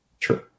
True